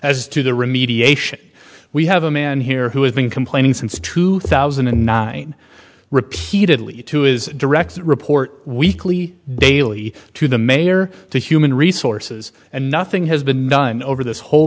as to the remediation we have a man here who has been complaining since two thousand and nine repeatedly to his direct report weekly daily to the mayor to human resources and nothing has been done over this whole